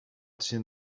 tsjin